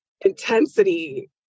intensity